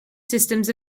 systems